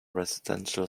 residential